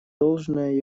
должное